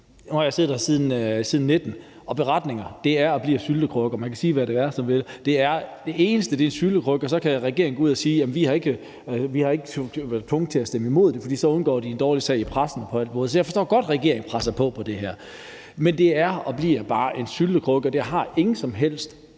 nu har jeg siddet her siden 2019, og beretninger er og bliver syltekrukker. Man kan sige, hvad man vil, men det eneste, det er, er en syltekrukke, og så kan regeringen gå ud at sige, at man ikke har været tvunget til at stemme imod det, for så undgår de en dårlig sag i pressen. Så jeg forstår godt, at regeringen presser på for det her, men det er og bliver bare en syltekrukke. Det har ingen som helst